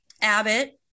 Abbott